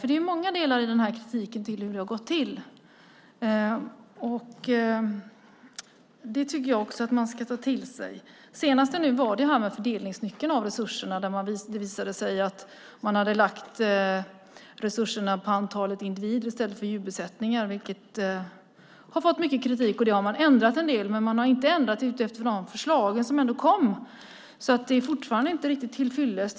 Det är många delar i kritiken av hur det har gått till som jag tycker att man ska ta till sig. Senast var det fördelningsnyckeln när det gällde resurserna. Det visade sig att man hade bestämt resurserna utifrån antalet individer i stället för djurbesättningar, vilket har fått mycket kritik. Detta har man ändrat en del, men man har inte ändrat utifrån de förslag som kom, så det är fortfarande inte riktigt tillfyllest.